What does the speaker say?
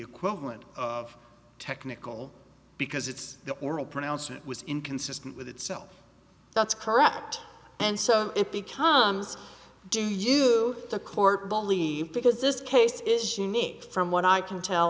equivalent of technical because it's the oral pronouncement was inconsistent with itself that's correct and so it becomes do you the court only because this case is unique from what i can tell